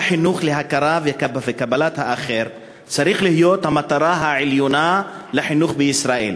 החינוך להכרה וקבלה של האחר צריך להיות המטרה העליונה של החינוך בישראל,